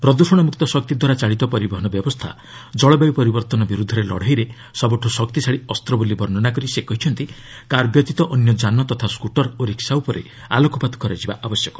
ପ୍ରଦୂଷଣ ମୁକ୍ତ ଶକ୍ତି ଦ୍ୱାରା ଚାଳିତ ପରିବହନ ବ୍ୟବସ୍ଥା ଜଳବାୟୁ ପରିବର୍ତ୍ତନ ବିରୁଦ୍ଧରେ ଲଢ଼େଇରେ ସବୁଠୁ ଶକ୍ତିଶାଳୀ ଅସ୍ତ ବୋଲି ବର୍ଷ୍ଣନା କରି ସେ କହିଛନ୍ତି କାର୍ ବ୍ୟତୀତ ଅନ୍ୟ ଯାନ ଯଥା ସ୍କୁଟର ଓ ରିସ୍କା ଉପରେ ଆଲୋକପାତ କରାଯିବା ଆବଶ୍ୟକ